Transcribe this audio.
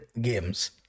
games